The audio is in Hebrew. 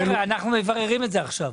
אנחנו מבררים את זה עכשיו,